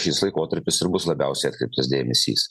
šis laikotarpis ir bus labiausiai atkreiptas dėmesys